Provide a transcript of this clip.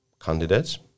candidates